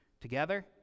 together